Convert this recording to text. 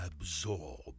absorb